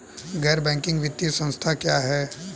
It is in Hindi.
गैर बैंकिंग वित्तीय संस्था क्या है?